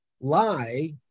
lie